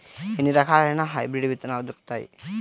ఎన్ని రకాలయిన హైబ్రిడ్ విత్తనాలు దొరుకుతాయి?